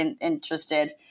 interested